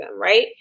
right